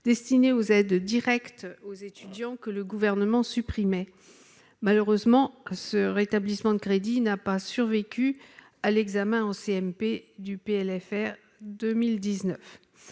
destiné aux aides directes aux étudiants, que le Gouvernement supprimait. Malheureusement, le rétablissement de ces crédits n'a pas survécu à l'examen en CMP du PLFR pour